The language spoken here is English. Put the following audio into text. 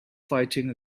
fighting